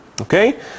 Okay